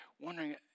wondering